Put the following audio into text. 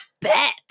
bet